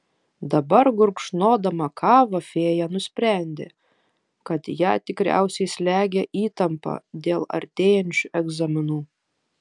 dabar gurkšnodama kavą fėja nusprendė kad ją tikriausiai slegia įtampa dėl artėjančių egzaminų